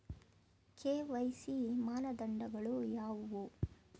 KYC ಮಾನದಂಡಗಳು ಯಾವುವು?